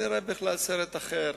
בכלל סרט אחר.